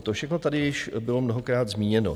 To všechno tady již bylo mnohokrát zmíněno.